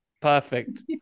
Perfect